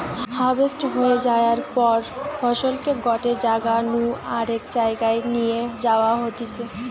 harvest হয়ে যায়ার পর ফসলকে গটে জাগা নু আরেক জায়গায় নিয়ে যাওয়া হতিছে